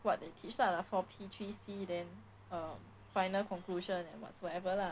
what they teach lah the four P three C then a final conclusion and whatsoever lah